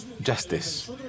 justice